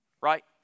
right